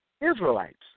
Israelites